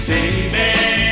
Baby